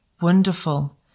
Wonderful